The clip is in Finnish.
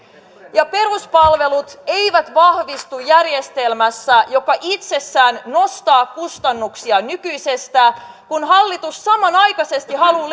ja peruspalvelut eivät vahvistu järjestelmässä joka itsessään nostaa kustannuksia nykyisestä kun hallitus samanaikaisesti haluaa